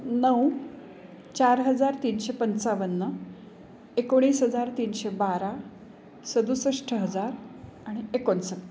नऊ चार हजार तीनशे पंचावन्न एकोणीस हजार तीनशे बारा सदुसष्ठ हजार आणि एकोणसत्तर